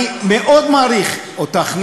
אני מאוד מעריך אותך,